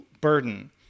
burden